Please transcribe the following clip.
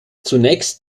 zunächst